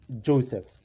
Joseph